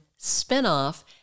spinoff